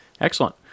Excellent